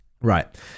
Right